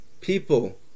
people